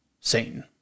Satan